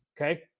okay